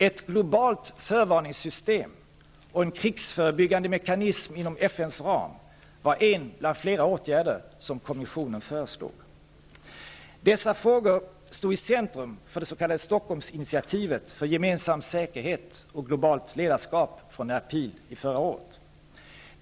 Ett globalt förvarningssystem och en krigsförebyggande mekanism inom FN:s ram var en bland flera åtgärder som kommissionen föreslog. Dessa frågor stod i centrum för det s.k. Stockholmsinitiativet för gemensam säkerhet och globalt ledarskap från i april förra året.